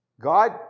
God